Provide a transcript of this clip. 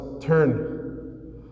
turn